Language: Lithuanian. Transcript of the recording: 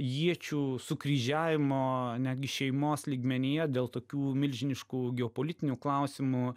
iečių sukryžiavimo netgi šeimos lygmenyje dėl tokių milžiniškų geopolitinių klausimų